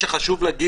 וזה יכול להביא